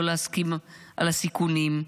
לא להסכים על הסיכונים,